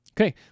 Okay